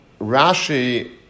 Rashi